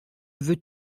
veux